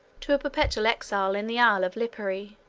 to a perpetual exile in the isle of lipari,